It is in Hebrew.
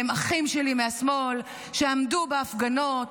שהם אחים שלי מהשמאל שעמדו בהפגנות,